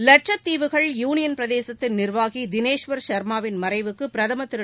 லட்சத்தீவுகள் union பிரதேசத்தின் நிர்வாகிதினேஷ்வர் ஷர்மாவின் மறைவுக்குபிரதமர் திரு